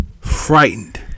frightened